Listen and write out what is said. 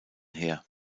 her